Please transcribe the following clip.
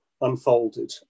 unfolded